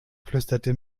flüsterte